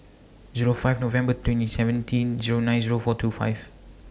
Zero five November twenty seventeen Zero nine Zero four two five